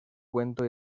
cuento